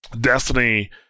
destiny